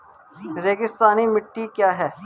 रेगिस्तानी मिट्टी क्या है?